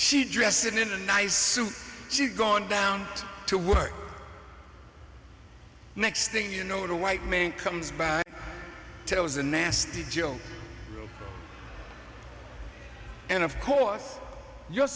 she dressed in a nice suit she's gone down to work next thing you know the white man comes back tells a nasty joke and of course you're